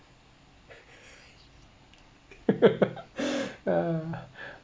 uh